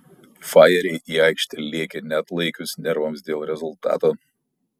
fajeriai į aikštę lėkė neatlaikius nervams dėl rezultato